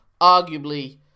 Arguably